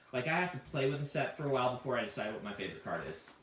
like, i have to play with a set for a while before i decide what my favorite card is.